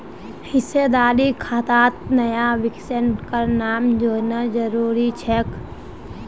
हिस्सेदारी खातात नया निवेशकेर नाम जोड़ना जरूरी छेक